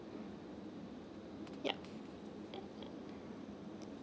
yup